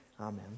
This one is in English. Amen